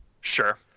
Sure